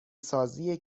سازی